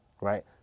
Right